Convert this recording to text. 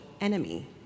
enemy